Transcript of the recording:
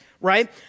right